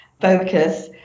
focus